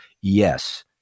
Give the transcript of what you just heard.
Yes